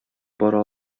бара